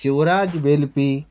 Shivraj Velpi